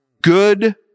good